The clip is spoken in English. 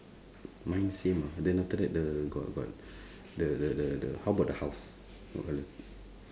mine same ah then after that the got got the the the the how about the house what colour